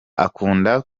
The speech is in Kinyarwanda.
akunda